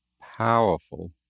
powerful